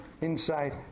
inside